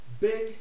big